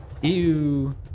Ew